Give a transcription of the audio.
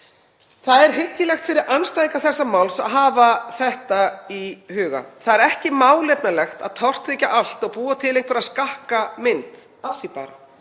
Það er hyggilegt fyrir andstæðinga þessa máls að hafa þetta í huga. Það er ekki málefnalegt að tortryggja allt og búa til einhverja skakka mynd bara